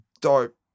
dope